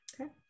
Okay